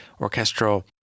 orchestral